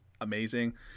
amazing